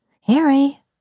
Harry